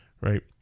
right